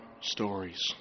stories